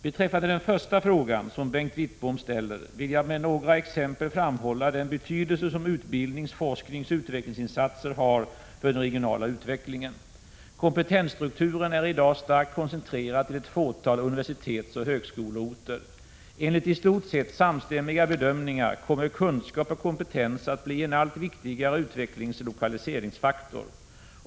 Beträffande den första frågan, som Bengt Wittbom ställer, vill jag med 10 november 1986 några exempel framhålla den betydelse som utbildnings-, forskningsoch utvecklingsinsatser har för den regionala utvecklingen. Kompetensstrukturen är i dag starkt koncentrerad till ett fåtal universitetsoch högskoleorter. Enligt i stort sett samstämmiga bedömningar kommer kunskap och kompetens att bli en allt viktigare utvecklingsoch lokaliseringsfaktor.